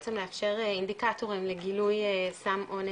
בעצם לאפשר אינדיקטורים לגילוי סם אונס,